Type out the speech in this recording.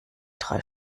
drei